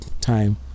time